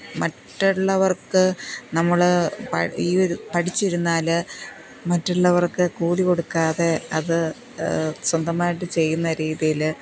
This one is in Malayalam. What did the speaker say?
മറ്റുള്ളവര്ക്ക് നമ്മൾ ഈ ഒരു പഠിച്ചിരുന്നാൽ മറ്റുള്ളവര്ക്ക് കൂലി കൊടുക്കാതെ അത് സ്വന്തമായിട്ട് ചെയ്യുന്ന രീതിയിൽ